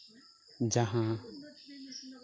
ᱡᱟᱦᱟᱸ